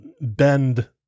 bend